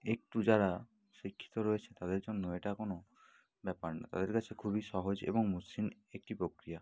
একটু যারা শিক্ষিত রয়েছে তাদের জন্য এটা কোনো ব্যাপার না তাদের কাছে খুবই সহজ এবং মসৃণ একটি প্রক্রিয়া